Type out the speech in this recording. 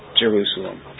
Jerusalem